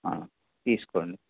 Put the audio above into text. తీసుకోండి